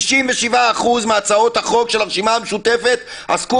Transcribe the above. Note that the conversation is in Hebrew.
97% מהצעות החוק של הרשימה המשותפת עסקו